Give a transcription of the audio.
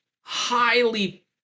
highly